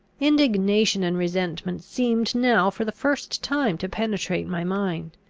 indignation and resentment seemed now for the first time to penetrate my mind.